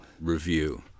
review